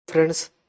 friends